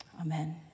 Amen